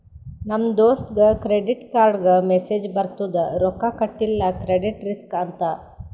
ನಮ್ ದೋಸ್ತಗ್ ಕ್ರೆಡಿಟ್ ಕಾರ್ಡ್ಗ ಮೆಸ್ಸೇಜ್ ಬರ್ತುದ್ ರೊಕ್ಕಾ ಕಟಿಲ್ಲ ಕ್ರೆಡಿಟ್ ರಿಸ್ಕ್ ಅಂತ್